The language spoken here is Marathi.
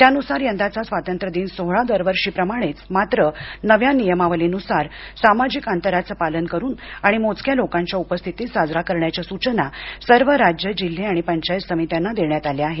त्यानुसार यंदाचा स्वातंत्र्य दिन सोहळा दरवर्षीप्रमाणेच मात्र नव्या नियमावलीनुसार सामाजिक अंतराच पालन करून आणि मोजक्यालोकांच्या उपस्थितीत साजरा करण्याच्या सूचना सर्व राज्य जिल्हे आणि पंचायत समित्यांना देण्यातआल्या आहेत